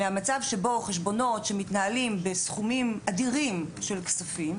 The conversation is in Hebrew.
מהמצב שבו חשבונות שמתנהלים בסכומים אדירים של כספים,